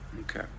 Okay